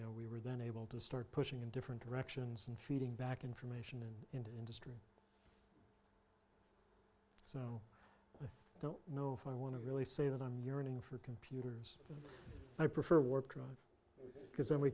you know we were then able to start pushing in different directions and feeding back information and into industry so don't know if i want to really say that i'm yearning for computers i prefer warp drive because then we